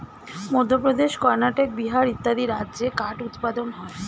মধ্যপ্রদেশ, কর্ণাটক, বিহার ইত্যাদি রাজ্যে কাঠ উৎপাদন হয়